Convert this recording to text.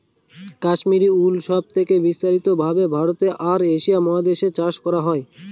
Kashmiri wool সব থেকে বিস্তারিত ভাবে ভারতে আর এশিয়া মহাদেশে চাষ করা হয়